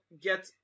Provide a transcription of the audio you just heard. get